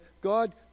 God